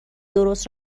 درست